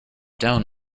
down